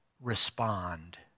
respond